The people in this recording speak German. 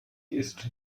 ist